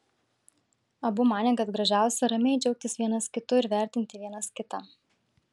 abu manė kad gražiausia ramiai džiaugtis vienas kitu ir vertinti vienas kitą